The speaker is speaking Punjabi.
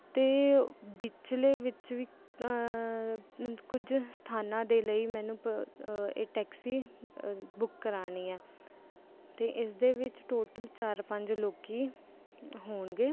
ਅਤੇ ਵਿਚਲੇ ਵਿੱਚ ਵੀ ਕੁਝ ਸਥਾਨਾਂ ਦੇ ਲਈ ਮੈਨੂੰ ਇਹ ਟੈਕਸੀ ਬੁੱਕ ਕਰਾਉਣੀ ਹੈ ਅਤੇ ਇਸਦੇ ਵਿੱਚ ਟੋਟਲ ਚਾਰ ਪੰਜ ਲੋਕ ਹੋਣਗੇ